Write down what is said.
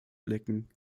blicken